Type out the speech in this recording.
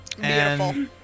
Beautiful